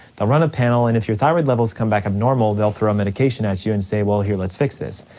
they'll run a panel, and if your thyroid levels come back abnormal they'll throw a medication at you and say well here, let's fix this.